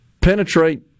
penetrate